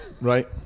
right